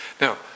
Now